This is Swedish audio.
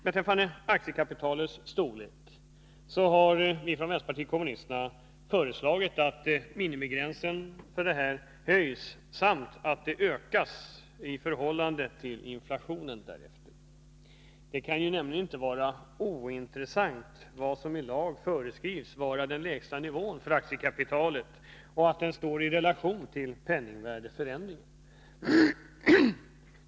Vänsterpartiet kommunisterna har föreslagit att minimigränsen för aktiekapitalets storlek höjs och att det ökas i förhållande till inflationen. Det kan nämligen inte vara ointressant vad som i lag föreskrivs vara den lägsta nivån för aktiekapitalet och att den står i relation till penningvärdeförändringen.